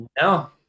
no